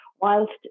Whilst